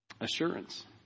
assurance